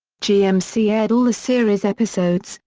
gmc aired all the series episodes,